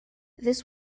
this